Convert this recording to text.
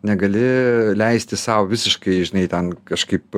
negali leisti sau visiškai žinai ten kažkaip